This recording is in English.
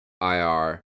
IR